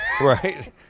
Right